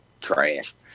Trash